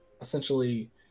essentially